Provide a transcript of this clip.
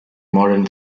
modern